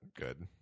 good